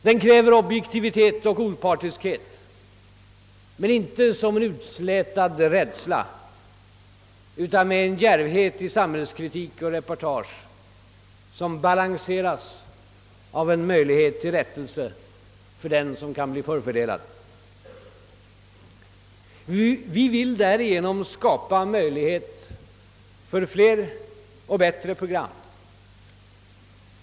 Den kräver objektivitet och opartiskhet — men inte som en utslätad rädsla utan med en djärvhet i samhällskritik och reportage som balanseras av en möjlighet till rättelse för den som kan bli förfördelad. Vi vill därigenom skapa möjlighet för fler och bättre program.